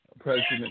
President